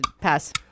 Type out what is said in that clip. Pass